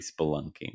Spelunking